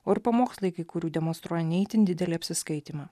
o ir pamokslai kai kurių demonstruoja ne itin didelį apsiskaitymą